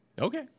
Okay